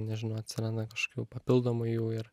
nežinau atsiranda kažkokių papildomų jų ir